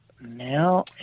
Now